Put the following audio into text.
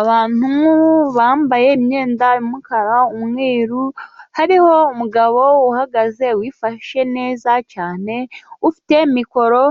Abantu bambaye imyenda y'umukara n'umweru, hariho umugabo uhagaze wifashe neza cyane ufite mikoro